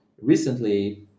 recently